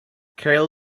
carol